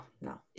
no